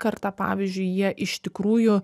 karta pavyzdžiui jie iš tikrųjų